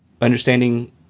understanding